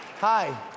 Hi